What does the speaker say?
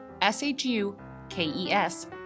s-h-u-k-e-s